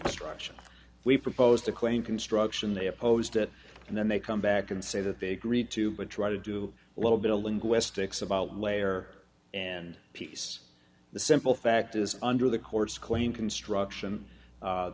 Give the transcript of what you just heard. clean structure we proposed to claim construction they opposed it and then they come back and say that they agreed to but try to do a little bit of linguistics about layer and piece the simple fact is under the court's claim construction